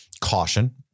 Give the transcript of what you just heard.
caution